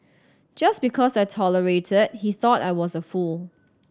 just because I tolerated he thought I was a fool